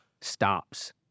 stops